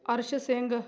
Arsh Singh